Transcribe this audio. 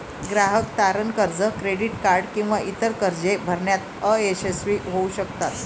ग्राहक तारण कर्ज, क्रेडिट कार्ड किंवा इतर कर्जे भरण्यात अयशस्वी होऊ शकतात